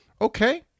Okay